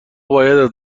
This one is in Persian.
باید